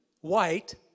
white